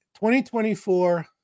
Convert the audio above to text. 2024